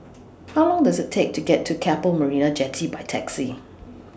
How Long Does IT Take to get to Keppel Marina Jetty By Taxi